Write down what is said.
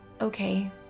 Okay